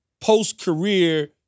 post-career